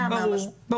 לפי העניין,